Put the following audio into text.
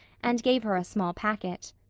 and gave her a small packet.